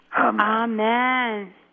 Amen